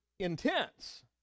Intense